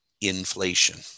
inflation